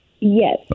yes